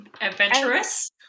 Adventurous